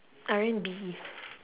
R&B